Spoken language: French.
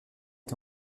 est